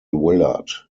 willard